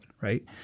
right